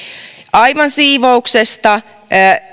aivan siivouksesta